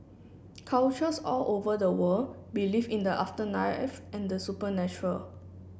cultures all over the world believe in the afterlife and the supernatural